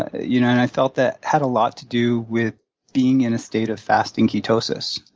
ah you know and i felt that had a lot to do with being in a state of fasting ketosis.